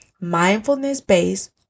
mindfulness-based